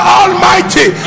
almighty